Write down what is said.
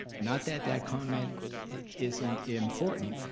not that that comment isn't important,